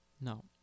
no